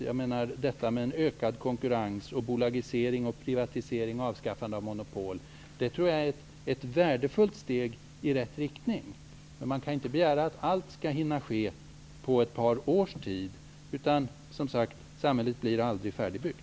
Jag tror att bolagiseringar, privatiseringar samt ökad konkurrens och avskaffande av monopol innebär ett värdefullt steg i rätt riktning. Man kan dock inte begära att allt skall kunna ske på ett par års tid. Samhället bli som sagt var aldrig färdigbyggt.